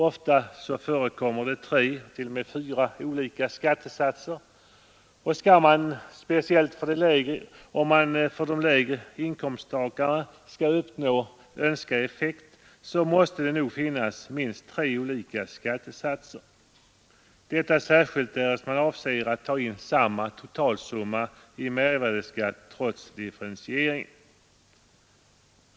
Ofta förekommer tre eller t.o.m. fyra olika skattesatser, och skall man speciellt för de lägre inkomsttagarna uppnå önskad effekt, så måste det nog finnas minst tre olika skattesatser, särskilt därest man avser att ta in samma totalsumma i mervärdeskatt trots differentieringen.